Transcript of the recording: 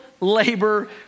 labor